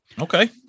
Okay